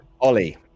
Ollie